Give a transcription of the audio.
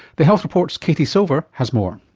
the health report's katie silver has more.